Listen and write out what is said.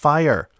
Fire